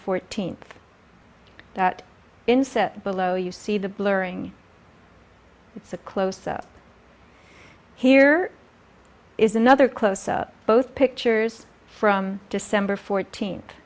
fourteenth that instead below you see the blurring it's a close up here is another close up both pictures from december fourteenth